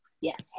Yes